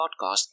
podcast